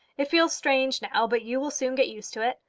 it feels strange now, but you will soon get used to it.